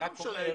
לא משנה.